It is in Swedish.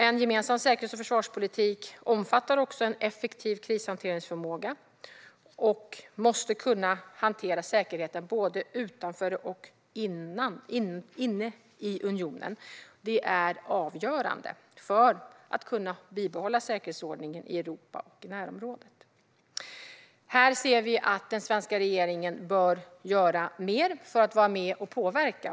En gemensam säkerhets och försvarspolitik omfattar också en effektiv krishanteringsförmåga och måste kunna hantera säkerheten både utanför och inom unionen. Det är avgörande för en bibehållen säkerhetsordning i Europa och närområdet. Här tycker vi att den svenska regeringen bör göra mer för att kunna vara med och påverka.